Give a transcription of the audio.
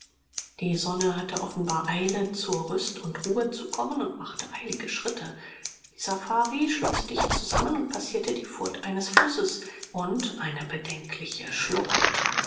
die sonne hatte offenbar eile zur rüst und ruhe zu kommen und machte eilige schritte die safari schloß dicht zusammen und passierte die furt eines flusses und eine bedenkliche schlucht